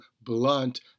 blunt